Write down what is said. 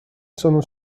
sono